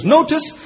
Notice